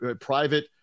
private